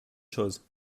chose